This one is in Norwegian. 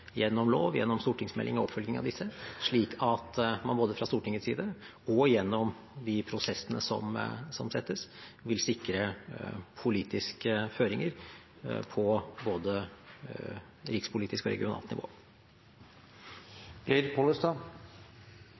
gjennom lov, gjennom stortingsmelding og oppfølging av disse, slik at man både fra Stortingets side og gjennom de prosessene som settes i gang, vil sikre politiske føringer på både rikspolitisk og regionalt nivå.